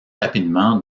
rapidement